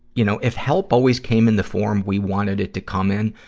you know, if help always came in the form we wanted it to come in,